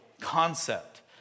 concept